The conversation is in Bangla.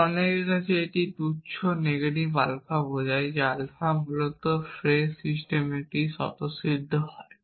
আমাদের অনেকের কাছ থেকে এটি তুচ্ছ নেগেটিভ আলফা বোঝায় যে আলফা মূলত ফ্রেজ সিস্টেমের একটি স্বতঃসিদ্ধ হয়